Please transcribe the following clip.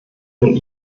von